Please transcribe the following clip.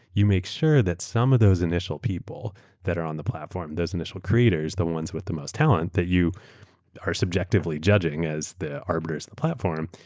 you make sure that some of those initial people that are on the platform, those initial creators, the ones with the most talent that you are subjectively judging as the arbiters of the platform,